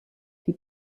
die